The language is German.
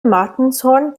martinshorn